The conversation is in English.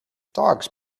dogs